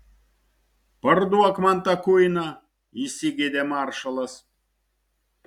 parduok man tą kuiną įsigeidė maršalas